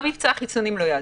גם מבצע החיסונים לא יעזור.